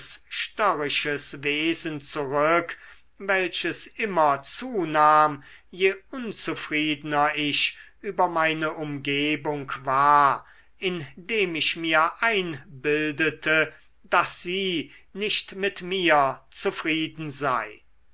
störrisches wesen zurück welches immer zunahm je unzufriedener ich über meine umgebung war indem ich mir einbildete daß sie nicht mit mir zufrieden sei